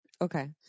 Okay